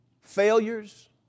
failures